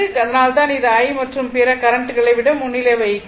அதனால்தான் இது I மற்றும் பிற கரண்ட்களை விட முன்னிலை வகிக்கிறது